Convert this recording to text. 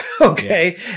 Okay